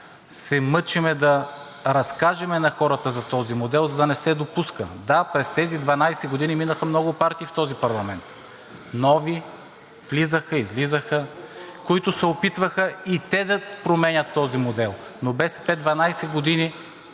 се мъчим да разкажем на хората за този модел, за да не се допуска. Да, през тези 12 години минаха много партии в този парламент, нови влизаха, излизаха, които се опитваха и те да променят този модел. Но БСП 12 години